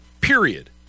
period